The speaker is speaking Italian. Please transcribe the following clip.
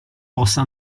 possa